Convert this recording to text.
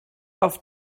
auf